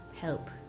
help